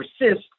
persist